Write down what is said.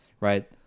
right